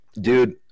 dude